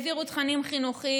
העבירו תכנים חינוכיים